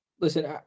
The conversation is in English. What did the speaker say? Listen